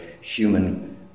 human